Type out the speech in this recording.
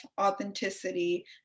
authenticity